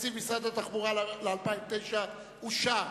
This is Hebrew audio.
תקציב משרד התחבורה ל-2009 אושר.